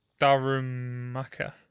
Darumaka